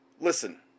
listen